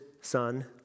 son